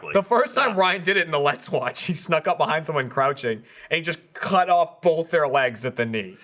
the first time ryan did it in the let's watch she snuck up behind someone crouching and just cut off both their legs at the knee